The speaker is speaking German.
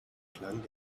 klang